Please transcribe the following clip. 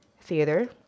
theater